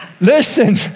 Listen